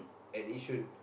at Yishun